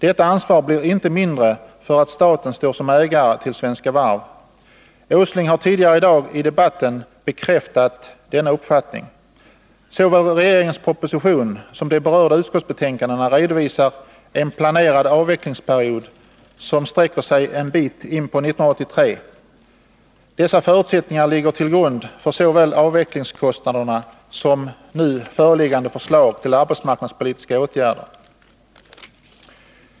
Detta ansvar blir inte mindre för att staten står som ägare till Svenska Varv. Industriministern har tidigare i dag i debatten bekräftat denna uppfattning. Såväl regeringens proposition som de berörda utskottsbetänkandena redovisar en planerad avvecklingsperiod som sträcker sig en bit in på 1983. Dessa förutsättningar ligger till grund för såväl avvecklingskostnaderna som nu föreliggande förslag till arbetsmarknadspolitiska åtgärder.